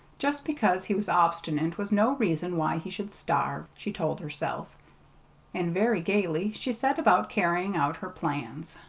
just because he was obstinate was no reason why he should starve, she told herself and very gayly she set about carrying out her plans.